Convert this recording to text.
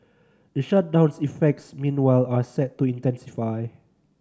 the shutdown's effects meanwhile are set to intensify